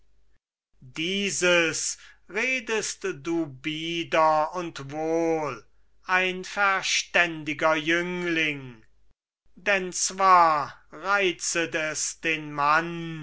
dieses redest du bieder und wohl ein verständiger jüngling denn zwar reizt es den mann